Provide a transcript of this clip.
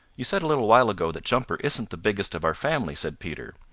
you said a little while ago that jumper isn't the biggest of our family, said peter.